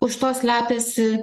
už to slepiasi